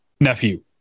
nephew